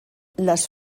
les